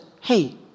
hey